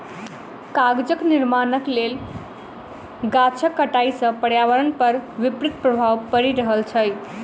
कागजक निर्माणक लेल गाछक कटाइ सॅ पर्यावरण पर विपरीत प्रभाव पड़ि रहल छै